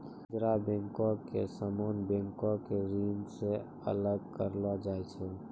खुदरा बैको के सामान्य बैंको के श्रेणी से अलग करलो जाय छै